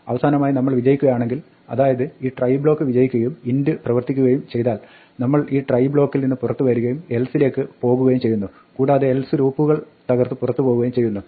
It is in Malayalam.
അവസാനമായി നമ്മൾ വിജയിക്കുകയാണെങ്കിൽ അതായത് ഈ ട്രൈ ബ്ലോക്ക് വിജയിക്കുകയും int പ്രവർത്തിക്കുകയും ചെയ്താൽ നമ്മൾ ഈ ട്രൈ ബ്ലോക്കിൽ നിന്ന് പുറത്ത് വരികയും എൽസിലേക്ക് പോകുകയും ചെയ്യുന്നു കൂടാതെ എൽസ് ലൂപ്പുകൾ തകർത്ത് പുറത്ത് പോവുകയും ചെയ്യും